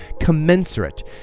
commensurate